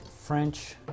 French